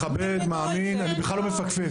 אני מכבד, מאמין, אני בכלל לא מפקפק.